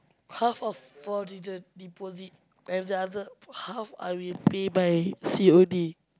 half of for the de~ the deposit and the other half I will pay by C_O_D